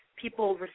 people